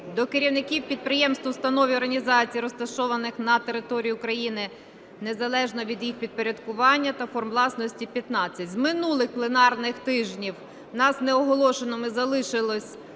до керівників підприємств, установ і організацій, розташованих на території України, незалежно від їх підпорядкування та форм власності – 15. З минулих пленарних тижнів у нас неоголошеними залишились